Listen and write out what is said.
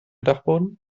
dachboden